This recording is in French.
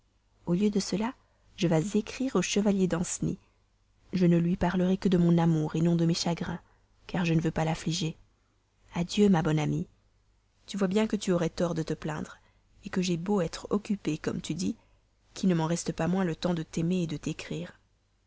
au lieu de cela je vais écrire au chevalier danceny je ne lui parlerai que de mon amour non de mes chagrins car je ne veux pas l'affliger adieu ma bonne amie tu vois bien que tu aurais tort de te plaindre que j'ai beau être occupée comme tu dis qu'il ne m'en reste pas moins le temps de t'aimer de t'écrire